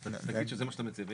תגיד שזה מה שאתה מציע,